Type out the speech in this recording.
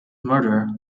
murder